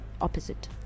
opposite